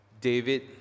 David